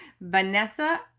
Vanessa